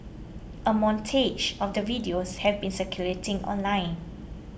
a montage of the videos have been circulating online